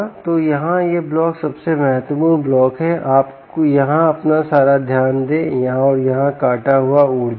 तो यहाँ यह ब्लॉक सबसे महत्वपूर्ण ब्लॉक है यहाँ अपना सारा ध्यान दें और यह काटा हुआ ऊर्जा है